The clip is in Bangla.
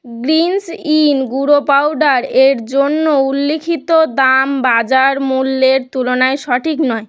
গ্রিনস ইন গুঁড়ো পাউডার এর জন্য উল্লিখিত দাম বাজার মূল্যের তুলনায় সঠিক নয়